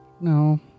No